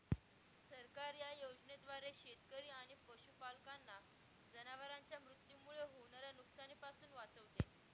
सरकार या योजनेद्वारे शेतकरी आणि पशुपालकांना जनावरांच्या मृत्यूमुळे होणाऱ्या नुकसानीपासून वाचवते